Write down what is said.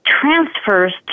transfers